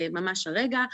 ממש הרגע,